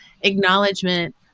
acknowledgement